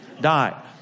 die